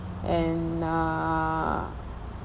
and uh